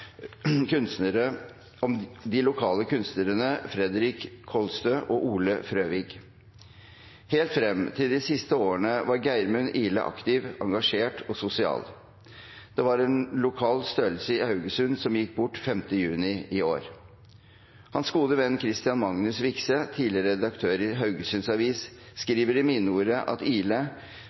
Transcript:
biografier om de lokale kunstnerne Fredrik Kolstø og Ole Frøvig. Helt frem til de siste årene var Geirmund Ihle aktiv, engasjert og sosial. Det var en lokal størrelse i Haugesund som gikk bort 5. juni i år. Hans gode venn Kristian Magnus Vikse, tidligere redaktør i Haugesunds Avis, skriver i minneordet at